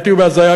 אל תהיו בהזיה,